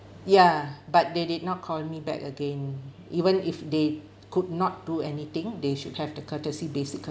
ya but they did not call me back again even if they could not do anything they should have the courtesy basic